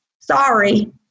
sorry